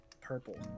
purple